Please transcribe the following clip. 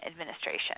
administration